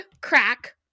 crack